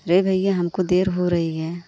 अरे भैया हमको देर हो रही है